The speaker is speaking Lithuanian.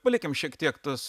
palikim šiek tiek tas